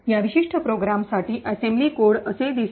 या विशिष्ट प्रोग्रामसाठी असेंब्ली कोड असे दिसते